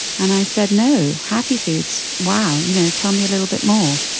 and i said, no. happy foods? wow, you know tell me a little bit more.